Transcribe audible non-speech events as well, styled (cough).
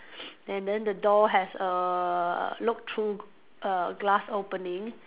(noise) and then the door has a look through err glass opening